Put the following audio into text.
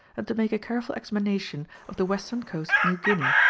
and to make a careful examination of the western coast of new guinea,